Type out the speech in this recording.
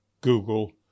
Google